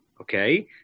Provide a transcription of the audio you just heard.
Okay